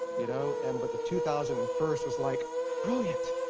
you know and but the two thousand and first was like brilliant?